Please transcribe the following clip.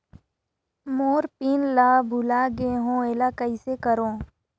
मोर PIN ला भुला गे हो एला कइसे करो?